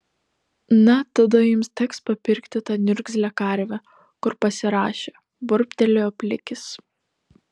na tada jums teks papirkti tą niurgzlę karvę kur pasirašė burbtelėjo plikis